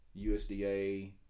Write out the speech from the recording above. USDA